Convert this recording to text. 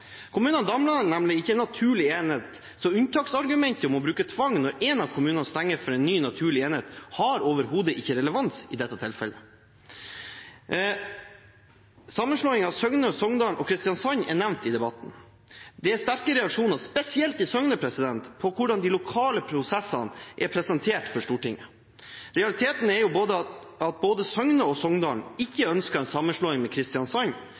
kommunene. Kommunene danner nemlig ikke noen naturlig enhet, så unntaksargumentet om å bruke tvang når en av kommunene stenger for en ny naturlig enhet, har overhodet ikke relevans i dette tilfellet. Sammenslåingen av Søgne, Songdalen og Kristiansand er nevnt i debatten. Det er sterke reaksjoner, spesielt i Søgne, på hvordan de lokale prosessene er presentert for Stortinget. Realiteten er jo at verken Søgne eller Songdalen ønsker en sammenslåing med Kristiansand,